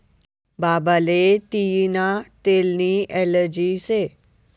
बाबाले तियीना तेलनी ॲलर्जी शे